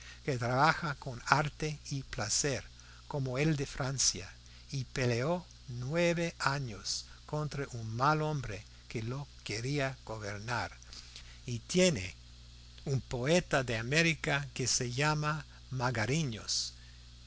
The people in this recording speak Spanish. que trabaja con arte y placer como el de francia y peleó nueve años contra un mal hombre que lo quería gobernar y tiene un poeta de américa que se llama magariños